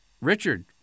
Richard